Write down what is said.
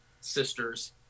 sisters